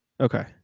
Okay